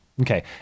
Okay